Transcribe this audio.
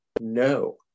no